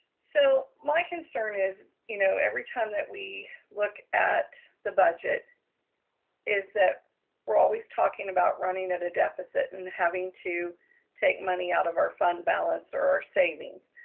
so my concern is, you know, every time that we look at the budget is that we're always talking about running at a deficit and having to take money out of our fund balance or savings.